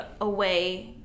away